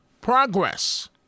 progress